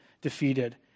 defeated